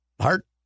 heart